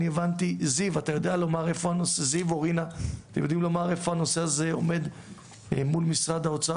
זיו או רינה אתם יודעים להגיד איפה הנושא הזה עומד מול משרד האוצר